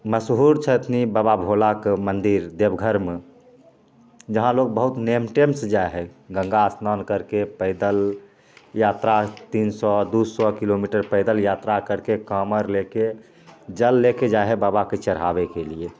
मशहूर छथिन बाबा भोलाके मंदिर देवघरमे जहाँ लोग बहुत नेम टेमसँ जाइ है गङ्गा स्नान करके पैदल यात्रा तीन सए दू सए किलोमीटर पैदल यात्रा करके कामर लेके जल लेके जाइ है बाबाके चढ़ाबैके लिए